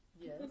Yes